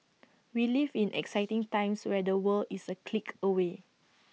we live in exciting times where the world is A click away